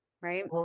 right